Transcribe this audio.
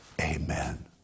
amen